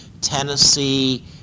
Tennessee